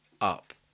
up